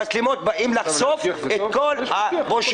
המצלמות באות לחשוף את הפשיעה.